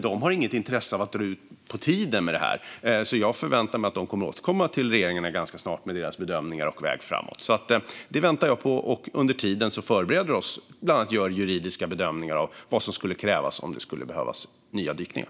De har inget intresse av att dra ut på tiden med detta, så jag förväntar mig att de ganska snart kommer att återkomma till regeringen med sina bedömningar och vägen framåt. Det väntar jag på, och under tiden förbereder vi oss bland annat genom att göra juridiska bedömningar av vad som skulle krävas om nya dykningar skulle behövas.